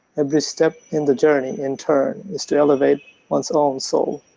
every step in the journey in turn is to elevate one's own soul.